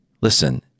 Listen